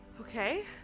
Okay